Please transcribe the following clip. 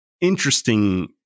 interesting